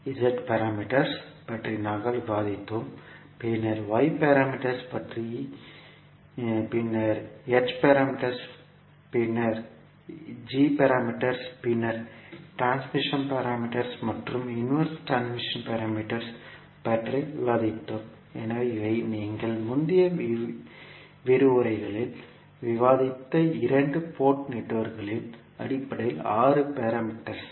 Z parameters பற்றி நாங்கள் விவாதித்தோம் பின்னர் y பாராமீட்டர்ஸ் பின்னர் h பாராமீட்டர்ஸ் பின்னர் g பாராமீட்டர்ஸ் பின்னர் டிரான்ஸ்மிஷன் பாராமீட்டர்ஸ் மற்றும் இன்வர்ஸ் டிரான்ஸ்மிஷன் பாராமீட்டர்ஸ் பற்றி விவாதித்தோம் எனவே இவை எங்கள் முந்தைய விரிவுரைகளில் விவாதித்த இரண்டு போர்ட் நெட்வொர்க்குகளின் அடிப்படையில் 6 பாராமீட்டர்ஸ்